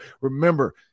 Remember